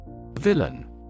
Villain